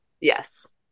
Yes